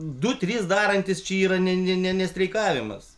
du trys darantys čia yra ne ne ne ne streikavimas